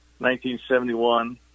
1971